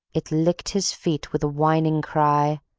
it licked his feet with whining cry.